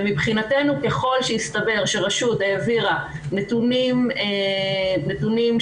ומבחינתנו ככל שיסתבר שרשות העבירה נתונים שגויים